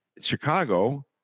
Chicago